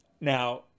Now